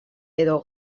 edo